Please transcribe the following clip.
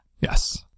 Yes